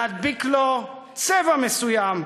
להדביק לה צבע מסוים,